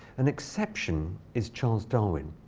an exception is charles darwin,